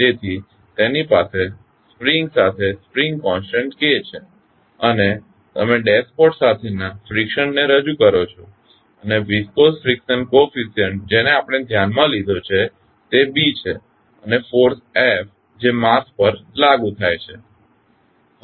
તેથી તેની પાસે સ્પ્રિંગ સાથે સ્પ્રિંગ કોન્સટન્ટ K છે અને તમે ડેશપોટ સાથેના ફ્રીકશનને રજૂ કરો છો અને વિસ્કોસ ફ્રીકશન કોફીશિયન્ટ જેને આપણે ધ્યાનમાં લીધો છે તે B છે અને ફોર્સ f જે માસ પર લાગુ થાય છે